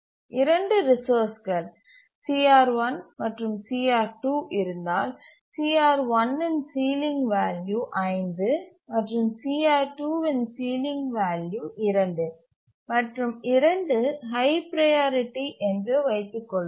இரண்டு ரிசோர்ஸ்கள் CR1 மற்றும் CR2 இருந்தால் CR1 இன் சீலிங் வேல்யூ 5 மற்றும் CR2 இன் சீலிங் வேல்யூ 2 மற்றும் 2 ஹய் ப்ரையாரிட்டி என்று வைத்துக்கொள்வோம்